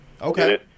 Okay